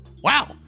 Wow